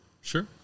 Sure